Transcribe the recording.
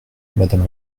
madame